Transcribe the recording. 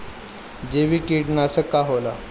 जैविक कीटनाशक का होला?